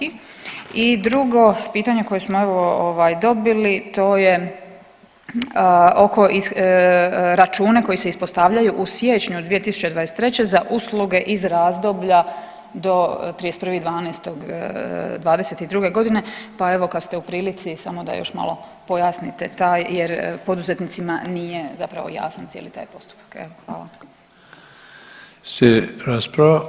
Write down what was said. I drugo pitanje koje smo evo ovaj dobili to je oko računa koji se ispostavljaju u siječnju 2023. za usluge iz razdoblja do 31.12.'22.g., pa evo kad ste u prilici samo da još malo pojasnite taj jer poduzetnicima nije zapravo jasan cijeli taj postupak, evo hvala.